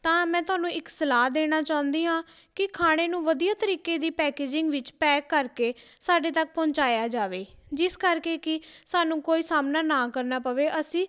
ਤਾਂ ਮੈਂ ਤੁਹਾਨੂੰ ਇੱਕ ਸਲਾਹ ਦੇਣਾ ਚਾਹੁੰਦੀ ਹਾਂ ਕਿ ਖਾਣੇ ਨੂੰ ਵਧੀਆ ਤਰੀਕੇ ਦੀ ਪੈਕੇਜਿੰਗ ਵਿੱਚ ਪੈਕ ਕਰਕੇ ਸਾਡੇ ਤੱਕ ਪਹੁੰਚਾਇਆ ਜਾਵੇ ਜਿਸ ਕਰਕੇ ਕਿ ਸਾਨੂੰ ਕੋਈ ਸਾਹਮਣਾ ਨਾ ਕਰਨਾ ਪਵੇ ਅਸੀਂ